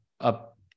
up